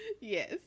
Yes